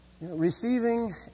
Receiving